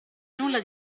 nulla